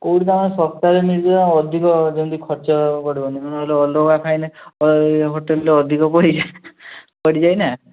କେଉଁଠି ତାଙ୍କର ସପ୍ତାହେ ଅଧିକ ଯେମିତି ଖର୍ଚ୍ଚ ପଡ଼ିବନି ନେହେଲେ ଅଲଗା ଖାଇନେ ହୋଟେଲ୍ରେ ଅଧିକ ପଡି ପଡ଼ି ଯାଏନା